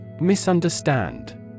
Misunderstand